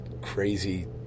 crazy